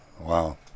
Wow